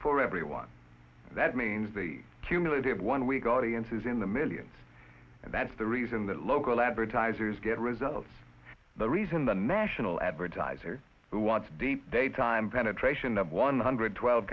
for everyone that means the cumulative one week audience is in the millions and that's the reason that local advertisers get results the reason the national advertisers who wants deep daytime penetration of one hundred twelve